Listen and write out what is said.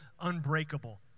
Unbreakable